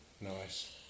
Nice